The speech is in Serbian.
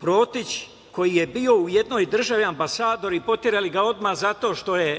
Protić, koji je bio u jednoj državi ambasador, poterali ga odmah zato što je